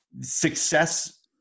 success